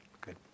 Good